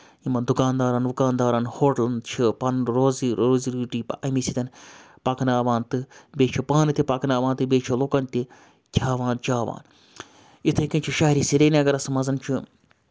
یِمَن دُکاندارَن وُکاندارَن ہوٹلَن چھِ پَنُن روزٕ روزی روٹی اَمہِ سۭتۍ پَکناوان تہٕ بیٚیہِ چھِ پانہٕ تہِ پَکناوان تہٕ بیٚیہِ چھِ لُکَن تہِ کھیٛاوان چاوان یِتھٕے کٔنۍ چھِ شہری سرینَگرَس منٛز چھُ